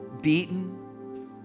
beaten